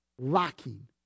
lacking